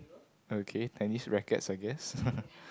okay tennis rackets I guess